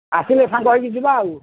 ଆସିଲେ ସାଙ୍ଗ ହୋଇକି ଯିବା ଆଉ